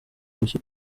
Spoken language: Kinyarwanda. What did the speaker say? urushyi